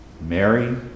Mary